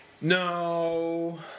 No